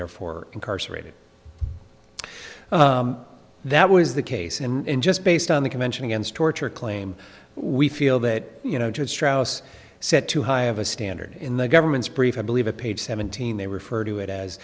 therefore incarcerated that was the case and just based on the convention against torture claim we feel that you know dr straus said too high of a standard in the government's brief i believe a page seventeen they refer to it as